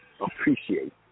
appreciate